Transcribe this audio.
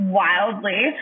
wildly